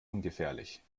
ungefährlich